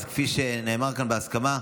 אז כפי שנאמר כאן, בהסכמה,